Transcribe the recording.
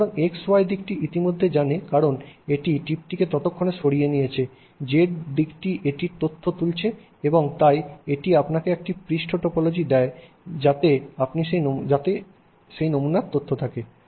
সুতরাং X Y দিকটি এটি ইতিমধ্যে জানে কারণ এটি টিপটিকে ততক্ষণে সরিয়ে নিয়েছে z দিকটি এটির তথ্য তুলেছে এবং তাই এটি আপনাকে একটি পৃষ্ঠ টপোলজি দেয় যাতে সেই নমুনার তথ্য থাকে